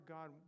God